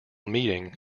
meeting